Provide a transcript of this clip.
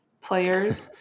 players